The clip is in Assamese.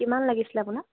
কিমান লাগিছিলে আপোনাক